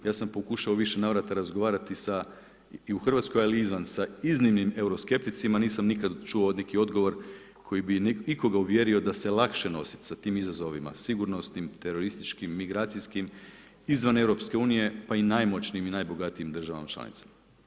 Ja sam pokušao u više navrata razgovarati sa, i u Hrvatskoj ali i izvan, sa iznimnim euroskepticima nisam nikad čuo neki odgovor koji bi ikoga uvjerio da se lakše nositi sa tim izazovima sigurnosnim, terorističkim, migracijskim izvan EU, pa i najmoćnijim i najbogatijima državama članicama.